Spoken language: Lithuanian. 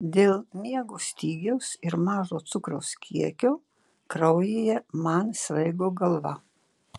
dėl miego stygiaus ir mažo cukraus kiekio kraujyje man svaigo galva